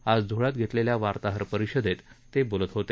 आज ध्ळ्यात घेतलेल्या वार्ताहर परिषदेत ते बोलत होते